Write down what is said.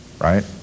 right